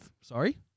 Sorry